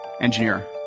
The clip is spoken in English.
engineer